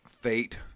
Fate